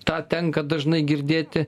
tą tenka dažnai girdėti